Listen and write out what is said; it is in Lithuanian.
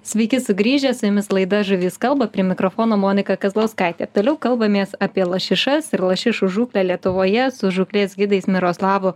sveiki sugrįžę su jumis laida žuvys kalba prie mikrofono monika kazlauskaitė toliau kalbamės apie lašišas ir lašišų žūklę lietuvoje su žūklės gidais miroslavu